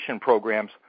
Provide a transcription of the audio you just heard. programs